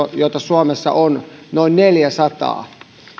joita suomessa on noin neljäsataa